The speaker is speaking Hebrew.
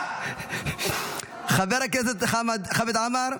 חבר הכנסת חמד עמאר,